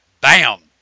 bam